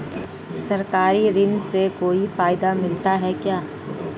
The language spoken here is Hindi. सरकारी ऋण से कोई फायदा मिलता है क्या?